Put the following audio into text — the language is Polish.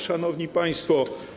Szanowni Państwo!